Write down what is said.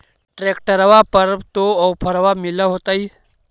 ट्रैक्टरबा पर तो ओफ्फरबा भी मिल होतै?